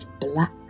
black